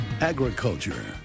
Agriculture